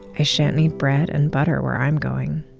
i shan't need bread and butter where i'm going.